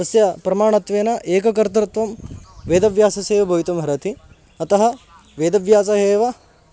तस्य प्रमाणत्वेन एककर्तृत्वं वेदव्यासस्य एव भवितुम् अर्हति अतः वेदव्यासः एव